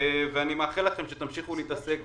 אני מאחל לכם שתמשיכו להתעסק